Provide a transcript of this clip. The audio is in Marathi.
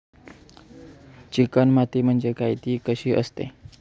चिकण माती म्हणजे काय? ति कशी असते?